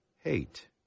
hate